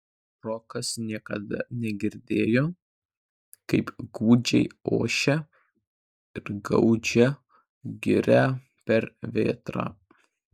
rokas niekada negirdėjo kaip gūdžiai ošia ir gaudžia giria per vėtrą